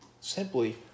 simply